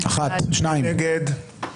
מי נגד?